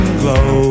glow